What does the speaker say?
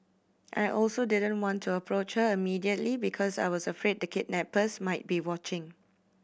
I also didn't want to approach her immediately because I was afraid the kidnappers might be watching